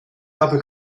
habe